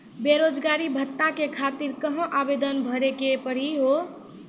बेरोजगारी भत्ता के खातिर कहां आवेदन भरे के पड़ी हो?